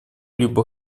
либо